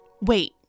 wait